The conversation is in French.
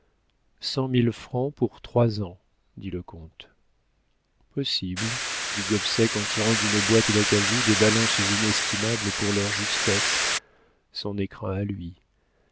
mille francs pour trois ans dit le comte possible dit gobseck en tirant d'une boîte d'acajou des balances inestimables pour leur justesse son écrin à lui